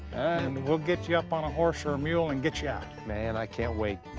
we'll get you up on a horse or a mule and get you out. man, i can't wait.